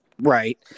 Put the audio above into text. Right